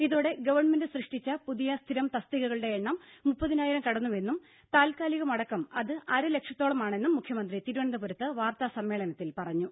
ഇതോടെ ഗവൺമെന്റ് സൃഷ്ടിച്ച പുതിയ സ്ഥിരം തസ്തികകളുടെ എണ്ണം മുപ്പതിനായിരം കടന്നുവെന്നും താൽക്കാലികമടക്കം അത് അരലക്ഷത്തോളമാണെന്നും മുഖ്യമന്ത്രി തിരുവനന്തപുരത്ത് വാർത്താ സമ്മേളനത്തിൽ പറഞ്ഞു